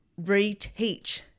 reteach